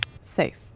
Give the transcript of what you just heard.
Safe